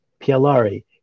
Pialari